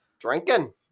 Drinking